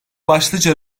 başlıca